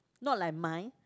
not like mine